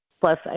Plus